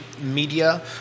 media